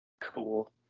Cool